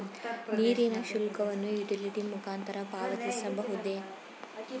ನೀರಿನ ಶುಲ್ಕವನ್ನು ಯುಟಿಲಿಟಿ ಮುಖಾಂತರ ಪಾವತಿಸಬಹುದೇ?